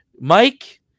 Mike